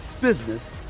business